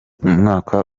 umwaka